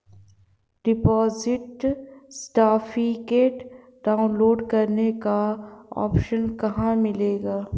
Deposit certificate download करने का option कहां मिलेगा?